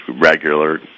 Regular